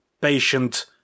patient